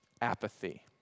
apathy